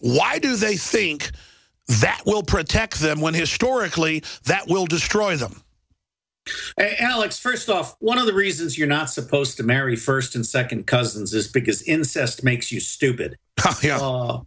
why do they think that will protect them when historically that will destroy them alex first off one of the reasons you're not supposed to marry first and second cousins is because incest makes you stupid